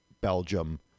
Belgium